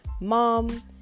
mom